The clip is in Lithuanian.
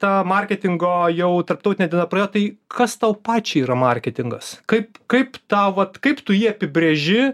ta marketingo jau tarptautinė diena praėjo tai kas tau pačiai yra marketingas kaip kaip tą vat kaip tu jį apibrėži